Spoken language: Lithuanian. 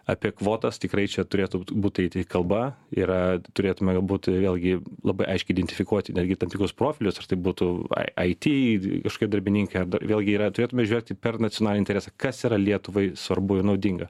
apie kvotas tikrai čia turėtų būt aiti kalba yra turėtume būti vėlgi labai aiškiai identifikuoti netgi tam tikrus profilius ar tai būtų ai aiti kažkokie darbininkai ar vėlgi yra turėtume įžvelgti per nacionalinį interesą kas yra lietuvai svarbu ir naudinga